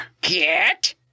Get